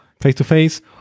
face-to-face